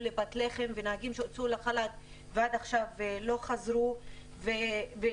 לפתח לחם ואחר נהגים שהוצאו לחל"ת ועכשיו לא חזרו לעבודה.